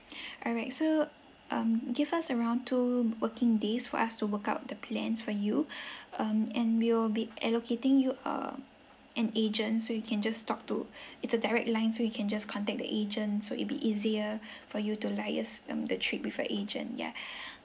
all right so um give us around two working days for us to work out the plans for you um and we'll be allocating you um an agent so you can just talk to it's a direct line so you can just contact the agent so it'll be easier for you to liaise um the trip with a agent yeah